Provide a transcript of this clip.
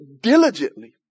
diligently